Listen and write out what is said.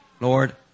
Lord